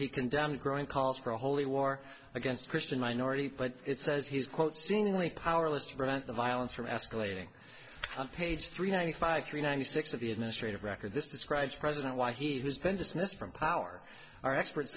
he condemned growing calls for a holy war against christian minority but says he's quote seemingly powerless to prevent the violence from escalating on page three hundred five three ninety six of the administrative record this describes president why he has been dismissed from power our expert